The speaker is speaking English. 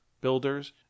Builders